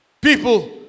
people